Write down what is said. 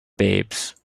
babes